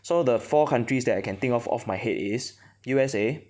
so the four countries that I can think of off my head is U_S_A